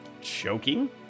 choking